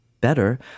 better